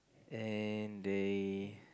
and they